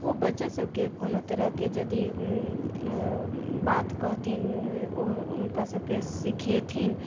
ओ बच्चा सबके कोनो तरहके यदि बात कहथिन हुनका सबके सीखेथिन